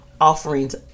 offerings